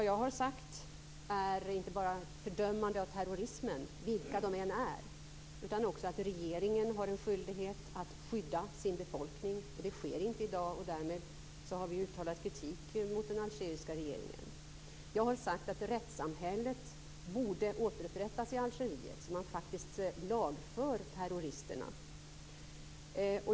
Jag har inte bara fördömt terroristerna, vilka de än är, utan också sagt att regeringen har en skyldighet att skydda sin befolkning. Det sker inte i dag, och därmed har vi uttalat kritik mot den algeriska regeringen. Jag har sagt att rättssamhället borde återupprättas i Algeriet, så att man faktiskt lagför terroristerna.